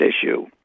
issue